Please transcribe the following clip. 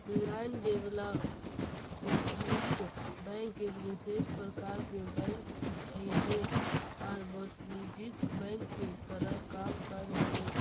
land development bank एक विशेष प्रकार के बैंक हइ जे अवाणिज्यिक बैंक के तरह काम करऽ हइ